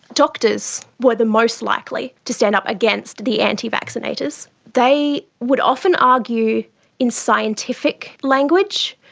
doctors were the most likely to stand up against the anti-vaccinators. they would often argue in scientific language,